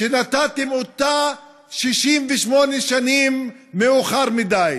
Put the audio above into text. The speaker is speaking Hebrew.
שנתתם אותה 68 שנים מאוחר מדי.